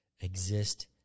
exist